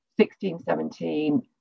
1617